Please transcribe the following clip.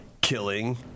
killing